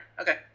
Okay